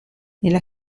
nella